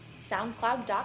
SoundCloud.com